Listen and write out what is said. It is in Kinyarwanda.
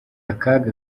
akaga